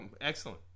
Excellent